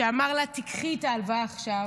והוא אמר לה: תיקחי את ההלוואה עכשיו.